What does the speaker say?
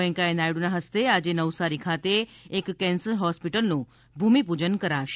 વૈકેંયા નાયડુના હસ્તે આજે નવસારી ખાતે એક કેન્સર હોસ્પિટલનું ભૂમિપૂજન કરાશે